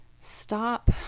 stop